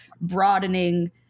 broadening